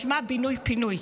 משמע פינוי-בינוי,